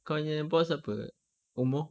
kau punya boss apa umur